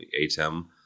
ATEM